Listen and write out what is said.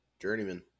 Journeyman